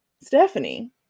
Stephanie